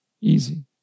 easy